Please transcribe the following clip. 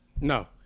No